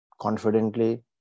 Confidently